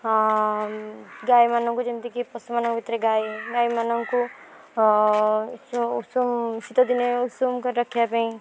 ହଁ ଗାଈମାନଙ୍କୁ ଯେମିତିକି ପଶୁମାନଙ୍କ ଭିତରେ ଗାଈ ଗାଈମାନଙ୍କୁ ଯେଉଁ ଉଷୁମ ଶୀତ ଦିନେ ଉଷୁମ କରି ରଖିବା ପାଇଁ